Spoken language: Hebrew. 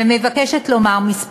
ומבקשת לומר כמה מילים.